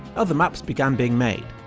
other maps began being made.